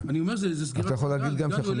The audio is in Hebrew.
אתה יכול להגיד גם שאנחנו נפגשנו.